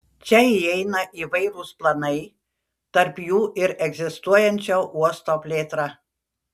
čia įeina įvairūs planai tarp jų ir egzistuojančio uosto plėtra